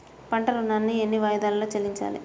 పంట ఋణాన్ని ఎన్ని వాయిదాలలో చెల్లించాలి?